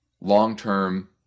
long-term